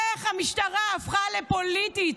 איך המשטרה הפכה לפוליטית?